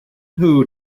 who